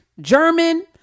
german